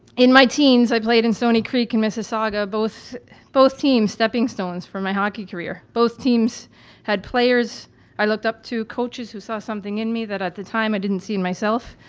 in my teens i played in stoney creek and mississauga, both both teams stepping stones for my hockey career. both teams had players i looked up to, coaches who saw something in me that at the time i didn't see in myself.